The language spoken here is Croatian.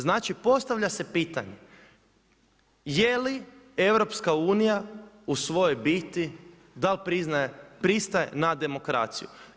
Znači postavlja se pitanje, jeli EU u svojoj biti da li pristaje na demokraciju?